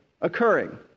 occurring